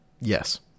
Yes